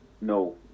no